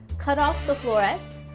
cut off the florets.